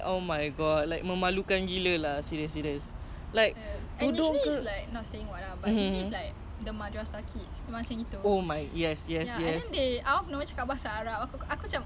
oh my god anda tak faham tu jer boleh cakap